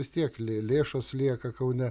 vis tiek lė lėšos lieka kaune